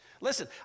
Listen